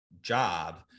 job